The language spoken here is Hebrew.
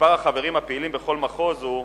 כשמספר החברים הפעילים בכל מחוז הוא: